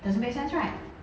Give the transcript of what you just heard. doesn't make sense right